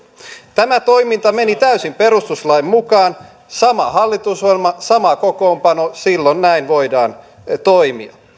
tämä toiminta meni täysin perustuslain mukaan sama hallitusohjelma sama kokoonpano silloin näin voidaan toimia